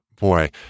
boy